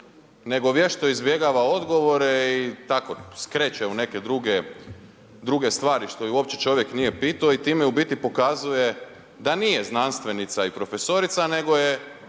nego vješto izbjegava odgovore i tako skreće u neke druge stvari što ju uopće čovjek nije pitao i time u biti pokazuje da nije znanstvenica i profesorica nego je